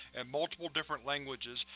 and multiple different languages,